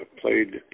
played